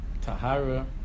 Tahara